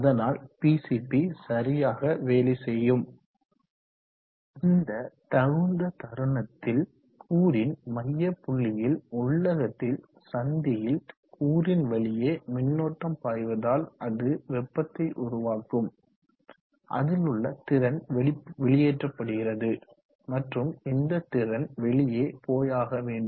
அதனால் பிசிபி சரியாக வேலை செய்யும் இந்த தகுந்த தருணத்தில் கூறின் மையப்புள்ளியில் உள்ளகத்தில் சந்தியில் கூறின் வழியே மின்னோட்டம் பாய்வதால் அது வெப்பத்தை உருவாக்கும் அதில் உள்ள திறன் வெளியேற்றப்படுகிறது மற்றும் இந்த திறன் வெளியே போயாக வேண்டும்